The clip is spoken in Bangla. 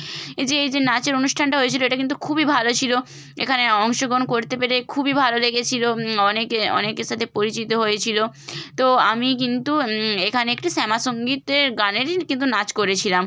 এই যে এই যে নাচের অনুষ্ঠানটা হয়েছিলো এটা কিন্তু খুবই ভালো ছিলো এখানে অংশগ্রহণ করতে পেরে খুবই ভালো লেগেছিলো অনেকে অনেকের সাথে পরিচিত হয়েছিলো তো আমি কিন্তু এখানে একটি শ্যামা সঙ্গীতের গানেরই কিন্তু নাচ করেছিলাম